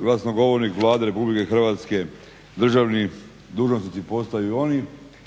glasnogovornik Vlade RH, državni dužnosnici postaju i oni